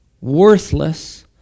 worthless